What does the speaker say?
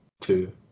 two